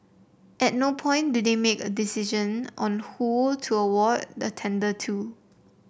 at no point do they make a decision on who to award the tender to